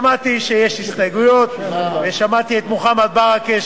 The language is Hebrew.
שמעתי שיש הסתייגויות ושמעתי את מוחמד ברכה,